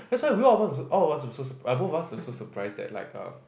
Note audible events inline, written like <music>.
that's why both of us all of us was sur~ both of us were so surprised like err <noise>